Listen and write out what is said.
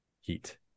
heat